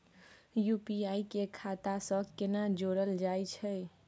UPI के खाता सं केना जोरल जाए छै?